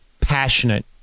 passionate